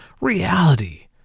reality